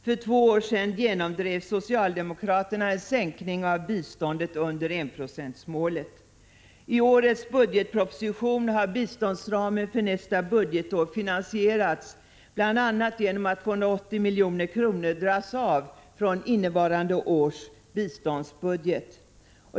För två år sedan genomdrev socialdemokraterna en sänkning av biståndet under enprocentsmålet. I årets budgetproposition har biståndsramen för nästa budgetår finansierats bl.a. genom att 280 milj.kr. dras av från innevarande års biståndsbudget.